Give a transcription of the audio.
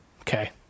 Okay